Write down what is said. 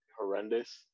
horrendous